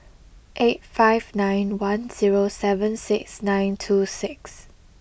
eight five nine one zero seven six nine two six